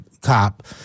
cop